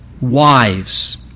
wives